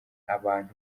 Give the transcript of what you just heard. abantu